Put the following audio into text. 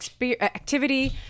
activity